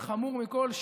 וחמור מכול,